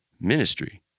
ministry